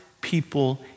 people